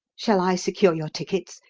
shall i secure your tickets?